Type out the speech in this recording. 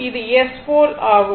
இது S போல் ஆகும்